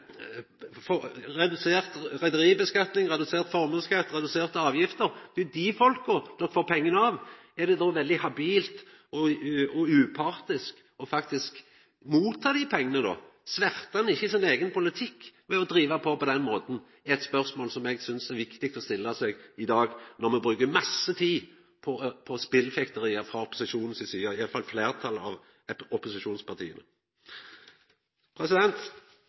får pengane av. Er det då veldig habilt og upartisk faktisk å ta imot dei pengane? Svertar ein ikkje sin eigen politikk ved å driva på på den måten? Det er eit spørsmål som eg synest er viktig å stilla seg i dag, når me bruker masse tid på spillfekteri frå opposisjonen si side, iallfall fleirtalet av